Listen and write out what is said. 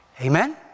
Amen